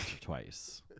twice